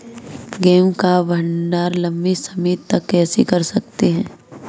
गेहूँ का भण्डारण लंबे समय तक कैसे कर सकते हैं?